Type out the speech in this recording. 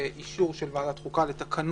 אישור של ועדת החוקה לתקנות